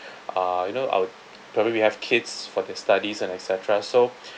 uh you know I would probably we have kids for their studies and etcetera so